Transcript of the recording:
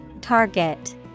Target